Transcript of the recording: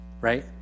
right